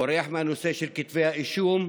בורח מהנושא של כתבי האישום,